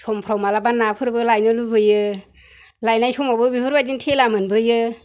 समफोराव माब्लाबा नाफोरबो लायनो लुबैयो लायनाय समावबो बेफोरबायदिनो थेला मोनबोयो